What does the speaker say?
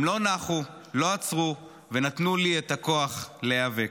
הם לא נחו, לא עצרו, ונתנו לי את הכוח להיאבק.